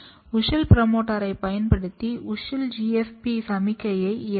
WUSCHEL புரோமோட்டாரை பயன்படுத்தி WUSCHEL GFP சமிக்ஞையை இயக்கலாம்